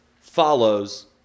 follows